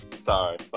sorry